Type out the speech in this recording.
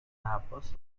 عباس